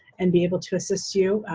and be able to assist you.